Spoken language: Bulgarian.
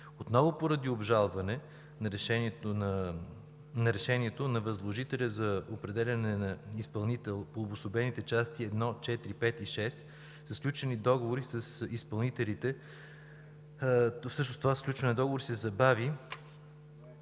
Отново поради обжалване на решението на възложителя за определяне на изпълнител по обособените части 1, 4, 5 и 6 са сключени договори с изпълнителите… Всъщност сключването на договорите се забави